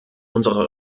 unsere